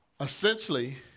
Essentially